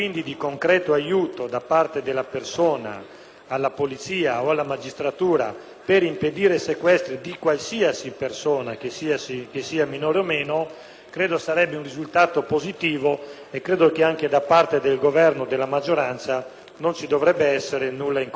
alla polizia o alla magistratura per impedire sequestri di qualsiasi persona, che sia minore o non, credo sarebbe un risultato positivo e che anche da parte del Governo e della maggioranza non dovrebbe esserci nulla in contrario. Riguarda - lo ripeto - l'aiuto